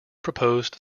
proposed